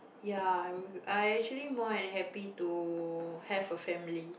ya I I actually more unhappy to have a family